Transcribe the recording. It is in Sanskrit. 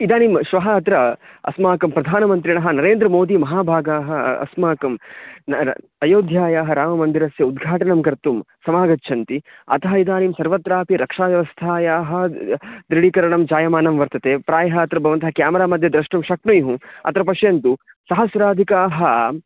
इदानीं श्वः अत्र अस्माकं प्रधानमन्त्रिणः नरेन्द्रमोदीमहाभागाः अस्माकम् अयोध्यायाः राममन्दिरस्य उद्घाटनं कर्तुं समागच्छन्ति अतः इदानीं सर्वत्रापि रक्षाव्यवस्थायाः दृढीकरणं जायमानं वर्तते प्रायः अत्र भवन्तः क्यामरा मध्ये द्रष्टुं शक्नुयुः अत्र पश्यन्तु सहस्राधिकाः